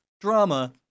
drama